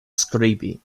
skribi